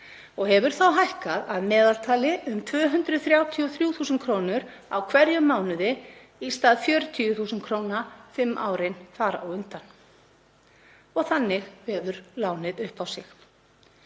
og hefur þá hækkað að meðaltali um 233.000 kr. á hverjum mánuði í stað 40.000 kr. fimm árin þar á undan. Þannig vefur lánið upp á sig.